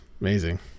amazing